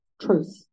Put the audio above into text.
truth